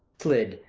slid,